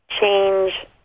change